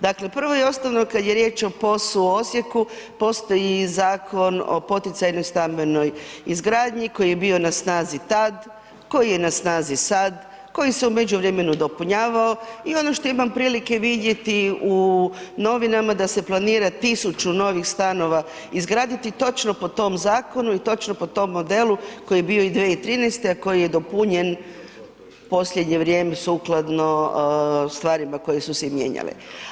Dakle, prvo i osnovno kad je riječ o POS-u u Osijeku postoji i Zakon o poticajnoj stambenoj izgradnji koji je bio na snazi tad, koji je na snazi sad, koji se u međuvremenu dopunjavao i ono što imam prilike vidjeti u novinama da se planira 1000 novih stanova izgraditi točno po tom zakonu i točno po tom modelu koji je bio i 2013., a koji je dopunjen u posljednje vrijeme sukladno stvarima koje su se mijenjale.